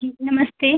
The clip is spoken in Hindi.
जी नमस्ते